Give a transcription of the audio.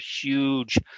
huge